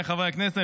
חבריי חברי הכנסת,